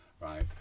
right